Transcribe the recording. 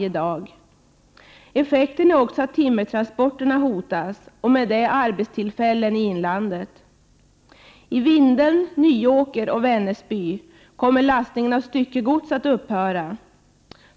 Effekten är också att timmertransporterna och därmed arbetstillfällen i inlandet hotas. I Vindeln, Nyåker och Vännäsby kommer lastning av styckegods att upphöra.